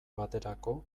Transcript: baterako